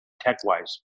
tech-wise